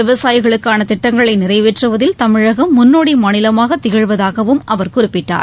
விவசாயிகளுக்கான திட்டங்களை நிறைவேற்றுவதில் தமிழகம் முன்னோடி மாநிலமாக திகழ்வதாகவும் அவர் குறிப்பிட்டார்